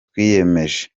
twiyemeje